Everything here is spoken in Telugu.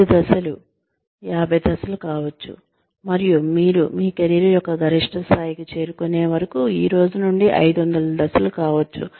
ఐదు దశలు 50 దశలు కావచ్చు మరియు మీరు మీ కెరీర్ యొక్క గరిష్ట స్థాయికి చేరుకునే వరకు ఈ రోజు నుండి 500 దశలు కావచ్చు